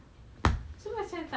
a'ah